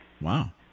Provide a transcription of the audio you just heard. Wow